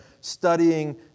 studying